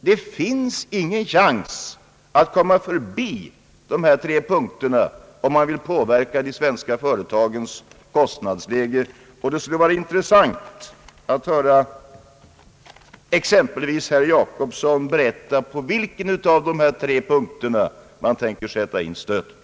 Det finns ingen chans att komma förbi dessa tre punkter, om man vill påverka de svenska företagens kostnadsläge. Det skulle vara intressant att höra exempelvis herr Gösta Jacobsson — som begärt replik — berätta på vilken av dessa tre punkter som man tänker sätta in stöten.